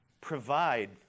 provide